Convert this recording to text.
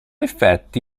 effetti